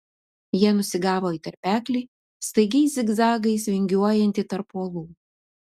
jie nusigavo į tarpeklį staigiais zigzagais vingiuojantį tarp uolų